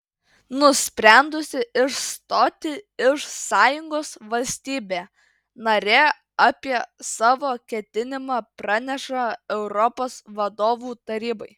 nusprendusi išstoti iš sąjungos valstybė narė apie savo ketinimą praneša europos vadovų tarybai